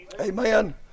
Amen